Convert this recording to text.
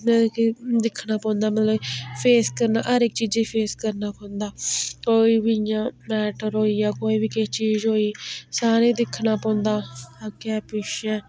मतलब कि दिक्खना पौंदा मतलब फेस करना हर इक चीज़ै गी फेस करना पौंदा कोई बी इ'यां मैटर होई गेआ कोई बी किश चीज़ होई सारें गी दिक्खना पौंदा अग्गें पिच्छै